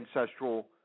ancestral